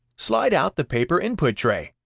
slide out the paper input tray.